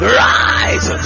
rise